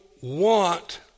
want